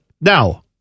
Now